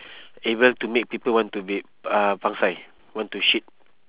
able to make people want to be uh pang sai want to shit